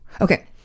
Okay